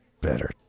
better